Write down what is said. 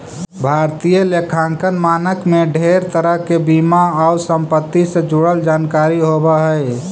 भारतीय लेखांकन मानक में ढेर तरह के बीमा आउ संपत्ति से जुड़ल जानकारी होब हई